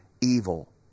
evil